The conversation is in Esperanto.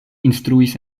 instruis